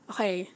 Okay